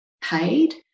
paid